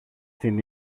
την